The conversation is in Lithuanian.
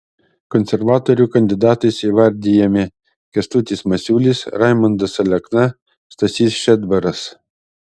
konservatorių kandidatais įvardijami kęstutis masiulis raimundas alekna stasys šedbaras